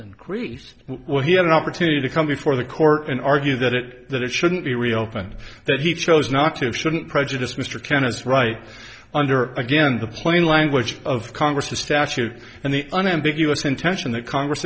increased while he had an opportunity to come before the court and argue that it that it shouldn't be reopened that he chose not to shouldn't prejudice mr can is right under again the plain language of congress the statute and the unambiguous intention that congress